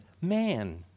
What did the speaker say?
man